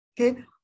Okay